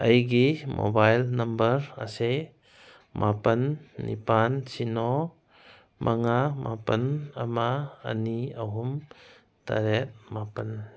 ꯑꯩꯒꯤ mobile number ꯑꯁꯤ ꯃꯥꯄꯟ ꯅꯤꯄꯥꯜ ꯁꯤꯅꯣ ꯃꯉꯥ ꯃꯥꯄꯜ ꯑꯃ ꯑꯅꯤ ꯑꯍꯨꯝ ꯇꯔꯦꯠ ꯃꯥꯄꯟ